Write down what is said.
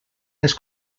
les